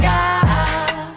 God